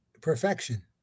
perfection